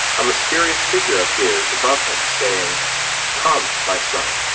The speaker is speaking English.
a mysterious figure appears above him saying come, my son,